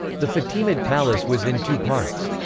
the fatimid palace was in two parts.